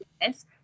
yes